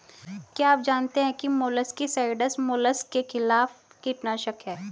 क्या आप जानते है मोलस्किसाइड्स मोलस्क के खिलाफ कीटनाशक हैं?